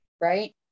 right